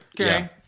Okay